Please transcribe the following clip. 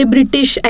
British